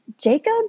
Jacob